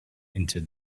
into